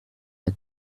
der